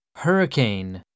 hurricane